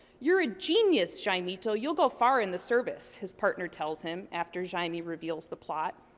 you're a genius, shinito. you're go far in the service, his partner tells him, after jaime reveals the plot.